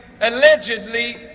allegedly